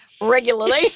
regularly